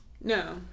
no